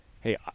hey –